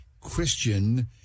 Christian